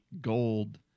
gold